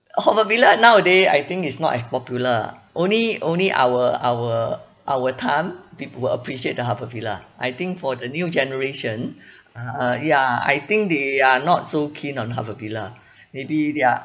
haw par villa nowaday I think is not as popular only only our our our time people will appreciate the haw par villa I think for the new generation uh ya I think they are not so keen on haw par villa maybe their